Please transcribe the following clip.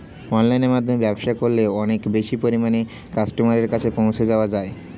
অনলাইনের মাধ্যমে ব্যবসা করলে অনেক বেশি পরিমাণে কাস্টমারের কাছে পৌঁছে যাওয়া যায়?